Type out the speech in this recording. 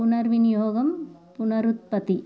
పునర్వినియోగం పునరుత్పత్తి